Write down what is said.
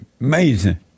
Amazing